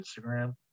Instagram